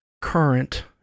current-